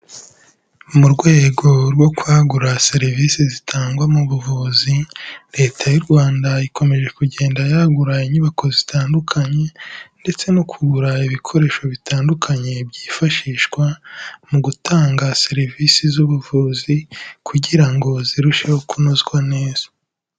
Mu rwego rwo kwagura serivisi zitangwa mu buvuzi, Leta y'u Rwanda ikomeje kugenda yagura inyubako zitandukanye ndetse no kugura ibikoresho bitandukanye byifashishwa mu gutanga serivisi z'ubuvuzi kugira ngo zirusheho kunozwa neza.